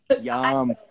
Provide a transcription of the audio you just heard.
Yum